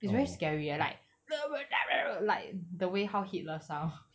it's very scary eh like like the way how hitler sound